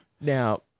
Now